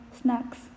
snacks